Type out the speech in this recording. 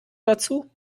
dazu